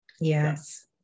Yes